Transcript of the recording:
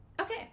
Okay